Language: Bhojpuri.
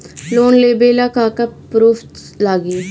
लोन लेबे ला का का पुरुफ लागि?